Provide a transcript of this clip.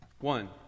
One